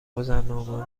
گذرنامه